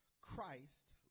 Christ